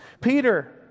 Peter